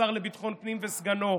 השר לביטחון פנים וסגנו: